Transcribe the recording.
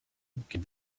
bouquet